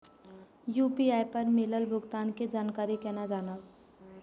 UPI पर मिलल भुगतान के जानकारी केना जानब?